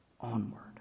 Onward